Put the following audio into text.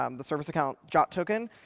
um the service account jwt token.